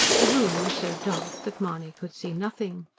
the room was so dark that mahony could see nothing.